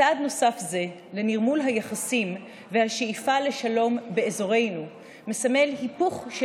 צעד נוסף זה לנרמול היחסים והשאיפה לשלום באזורנו מסמל היפוך של